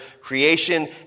creation